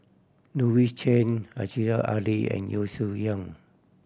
Louis Chen Aziza Ali and Yeo Shih Yun